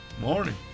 Morning